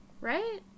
Right